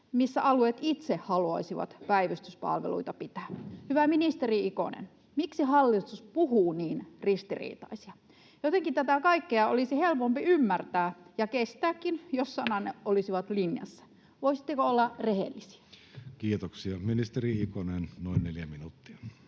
missä alueet itse haluaisivat päivystyspalveluita pitää. Hyvä ministeri Ikonen, miksi hallitus puhuu niin ristiriitaisia? Jotenkin tätä kaikkea olisi helpompi ymmärtää, ja kestääkin, jos sananne olisivat linjassa. Voisitteko olla rehellisiä? Kiitoksia. — Ministeri Ikonen, noin neljä minuuttia.